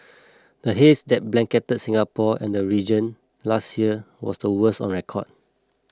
the haze that blanketed Singapore and the region last year was the worst on record